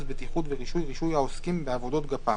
(בטיחות ורישוי) (רישוי העוסקים בעבודות גפ"מ),